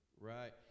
Right